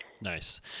Nice